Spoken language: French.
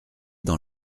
dans